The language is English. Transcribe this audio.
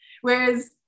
whereas